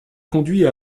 conduit